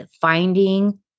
finding